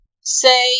say